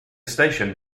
station